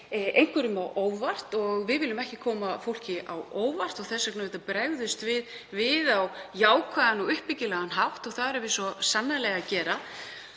einhverjum á óvart. Við viljum ekki koma fólki á óvart og þess vegna bregðumst við auðvitað við á jákvæðan og uppbyggilegan hátt. Og það erum við svo sannarlega að gera.